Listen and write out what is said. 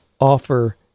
offer